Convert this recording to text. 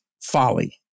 folly